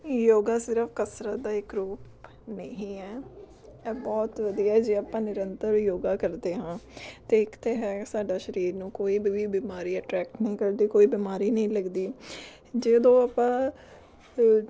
ਯੋਗਾ ਸਿਰਫ਼ ਕਸਰਤ ਦਾ ਹੀ ਇੱਕ ਰੂਪ ਨਹੀਂ ਹੈ ਇਹ ਬਹੁਤ ਵਧੀਆ ਜੇ ਆਪਾਂ ਨਿਰੰਤਰ ਯੋਗਾ ਕਰਦੇ ਹਾਂ ਅਤੇ ਇੱਕ ਤਾਂ ਹੈ ਸਾਡਾ ਸਰੀਰ ਨੂੰ ਕੋਈ ਵੀ ਬਿਮਾਰੀ ਅਟਰੈਕਟ ਕਰਦੇ ਕੋਈ ਬਿਮਾਰੀ ਨਹੀਂ ਲੱਗਦੀ ਜਦੋਂ ਆਪਾਂ